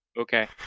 Okay